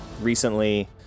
recently